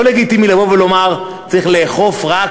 לא לגיטימי לבוא ולומר: צריך לאכוף רק